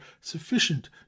sufficient